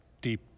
deep